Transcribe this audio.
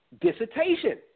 Dissertation